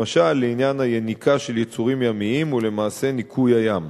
למשל לעניין היניקה של יצורים ימיים ולמעשה "ניקוי הים".